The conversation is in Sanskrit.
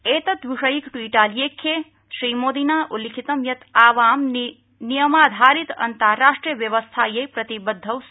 उत् विषयिक ट्वीटालेख्ये श्रीमोदिना उल्लिखितं यत् आवां नियमाधारित अन्ताराष्ट्रिय व्यवस्थायै प्रतिबद्धौ स्व